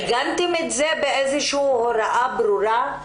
עיגנתם את זה באיזו הוראה ברורה?